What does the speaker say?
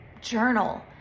journal